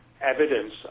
evidence